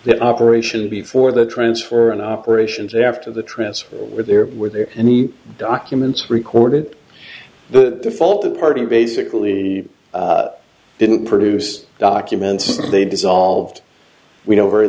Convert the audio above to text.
the operation before the transfer and operations after the transfer were there were there any documents recorded the default the party basically didn't produce documents and they dissolved we know very